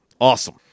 Awesome